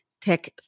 tech